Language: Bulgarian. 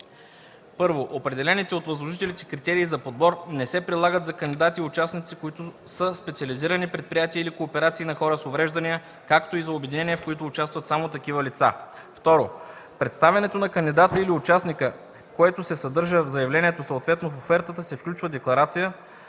2: 1. определените от възложителите критерии за подбор не се прилагат за кандидати и участници, които са специализирани предприятия или кооперации на хора с увреждания, както и за обединения, в които участват само такива лица; 2. в представянето на кандидата или участника, което се съдържа в заявлението, съответно в офертата, се включва декларация,